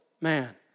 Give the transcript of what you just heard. man